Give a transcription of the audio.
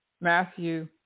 Matthew